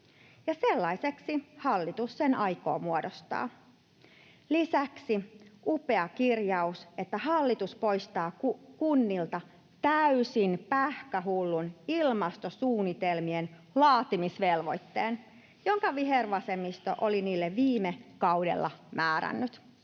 sellaiseksi hallitus sen aikoo muodostaa. Lisäksi on upea kirjaus, että hallitus poistaa kunnilta täysin pähkähullun ilmastosuunnitelmien laatimisvelvoitteen, jonka vihervasemmisto oli niille viime kaudella määrännyt.